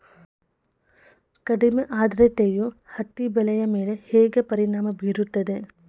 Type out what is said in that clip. ಕಡಿಮೆ ಆದ್ರತೆಯು ಹತ್ತಿ ಬೆಳೆಯ ಮೇಲೆ ಹೇಗೆ ಪರಿಣಾಮ ಬೀರುತ್ತದೆ?